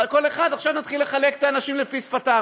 עכשיו נתחיל לחלק את האנשים לפי שפתם.